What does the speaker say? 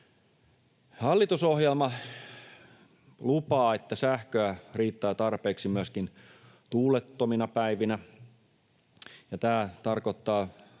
Hallitusohjelma lupaa, että sähköä riittää tarpeeksi myöskin tuulettomina päivinä, ja tämä tarkoittaa